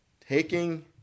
taking